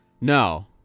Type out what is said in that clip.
No